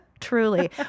truly